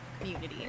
community